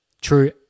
true